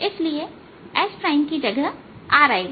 इसलिए sकी जगह r आएगा